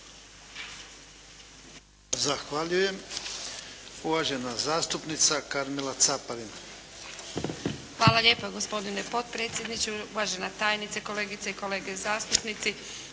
Zahvaljujem. Uvažena zastupnica Karmela Caparin. **Caparin, Karmela (HDZ)** Hvala lijepa gospodine potpredsjedniče, uvažena tajnice, kolegice i kolege zastupnici.